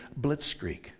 blitzkrieg